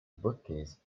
bookcase